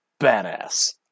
badass